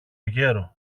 γέρο